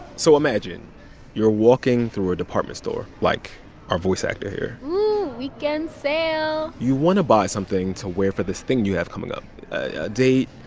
so imagine you're walking through a department store like our voice actor here weekend sale you want to buy something to wear for this thing you have coming up a date,